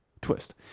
twist